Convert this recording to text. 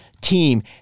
team